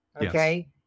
Okay